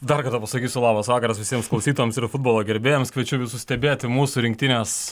dar kartą pasakysiu labas vakaras visiems klausytojams ir futbolo gerbėjams kviečiu visus stebėti mūsų rinktinės